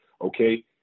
okay